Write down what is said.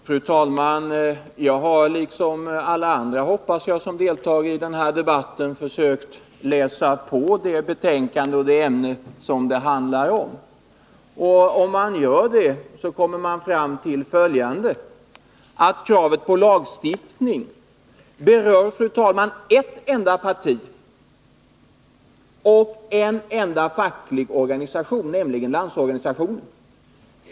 Fru talman! Jag har liksom alla andra, hoppas jag, som deltar i den här debatten försökt läsa på det betänkande och det ämne som det handlar om. Om man gör det, så kommer man fram till att kravet på lagstiftning berör ett enda parti och en enda facklig organisation, nämligen Landsorganisationen.